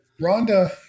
Rhonda